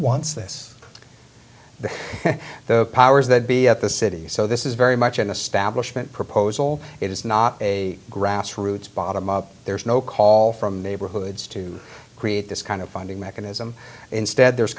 wants this the powers that be at the city so this is very much an establishment proposal it is not a grassroots bottom up there's no call from neighborhoods to create this kind of funding mechanism instead there